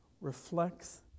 reflects